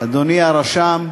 אדוני הרשם,